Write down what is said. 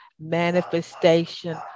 manifestation